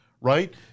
right